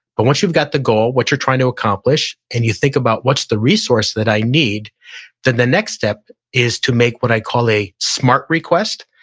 but once you've got the goal, what you're trying to accomplish and you think about what's the resource that i need then the next step is to make what i call a smart request.